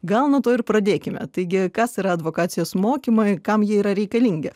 gal nuo to ir pradėkime taigi kas yra advokacijos mokymai kam jie yra reikalingi